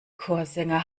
chorsänger